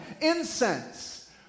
incense